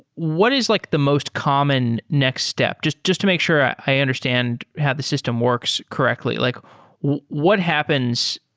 what is like the most common next step? just just to make sure i i understand how the system works correctly. like what happens?